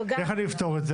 איך אפתור את זה?